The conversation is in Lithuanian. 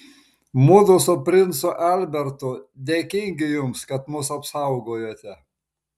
mudu su princu albertu dėkingi jums kad mus apsaugojote